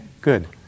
good